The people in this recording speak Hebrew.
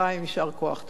חיים, יישר כוח.